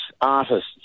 artists